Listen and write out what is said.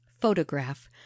photograph